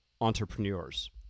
entrepreneurs